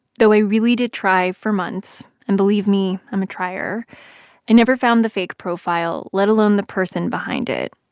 though i really did try for months and believe me i'm a trier i never found the fake profile, let alone the person behind it.